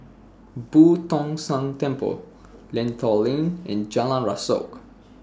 Boo Tong San Temple Lentor Lane and Jalan Rasok